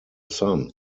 son